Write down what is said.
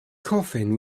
coffin